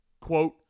quote